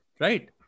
right